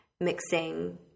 mixing